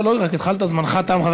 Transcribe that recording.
לא רק התחלת, זמנך תם.